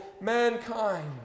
mankind